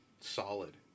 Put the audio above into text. solid